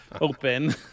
open